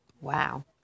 Wow